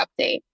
update